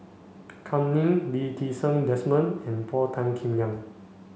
Kam Ning Lee Ti Seng Desmond and Paul Tan Kim Liang